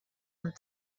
amb